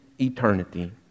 eternity